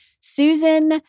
Susan